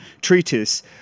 treatise